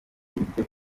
igitego